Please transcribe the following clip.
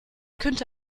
könnte